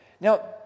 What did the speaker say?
Now